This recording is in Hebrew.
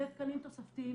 אלה תקנים תוספתיים,